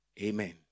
Amen